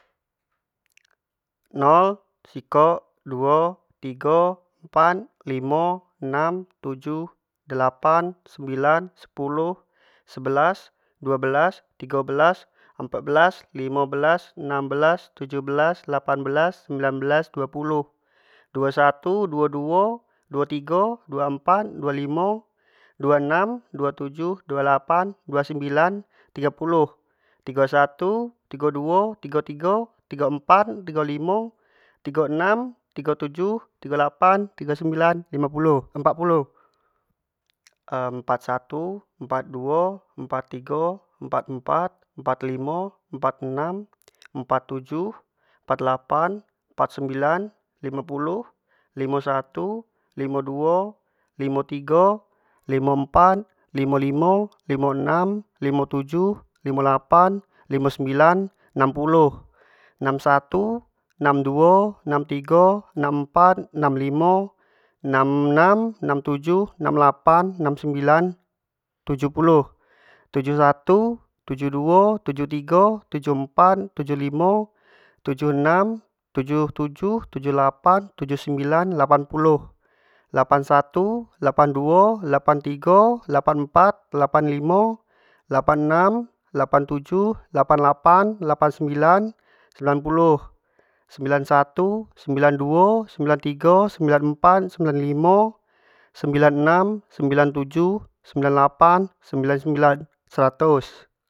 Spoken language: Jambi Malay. nol, sikok, duo, tigo, empat, limo, enam, tujuh, lapan, sembilan sepuluh, sebelas, duo belas, tigo belas, empat belas, limo belas, enak belas, tujuh belas, lapan belas, sembilan belas, duo puluh, duo satu, dud duo, duo tigo, du empat, duo limo, duo enam, duo tujuh, duo lapan, duo sembilan, tigo puluh, tigo satu, tigo duo, tigo empat, tigo limo, tigo enam, tigo tujuh, tigo lapan, tigo sembilan, limo puluh empat puluh, empat satu, empat duo empat tigo, empat- empat, empat limo, empat enam, empat tujuh, empat lapan, empat sembilan, limo puluh, limo satu, limo duo, limo tigo, limo empat, limo limo, limo enam, limo tujuh, limo lapan, limo sembilan, enam puluh, enam satu, enam duo, enam tigo, enam empat, enam limo, enam enam, enam tujuh, enam lapan enam, enam sembilan, tujuh puluh, tujuh satu, tujuh duo, tujug tigo, tujuh empat, tujuh limo, tujuh enam, tujuh tujuh, tujuh lapan, tujuh sembilan, lapan puluh, lapan satu, lapan duo, lapan tigo, lapan empat, lapan limo, lapan enam, lapan tujuh, lapan lapan, lapan sembilan, sembilan puluh, sembilan satu, sembilan duo, sembilan tigo, sembilan empat, sembilan limo, sembilan enam, sembilan tujuh, sembilan lapan, sembilan- sembilan, serratus.